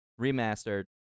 Remastered